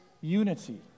unity